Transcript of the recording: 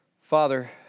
Father